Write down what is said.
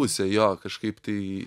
pusę jo kažkaip tai